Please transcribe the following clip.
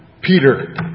Peter